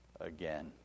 again